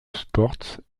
sports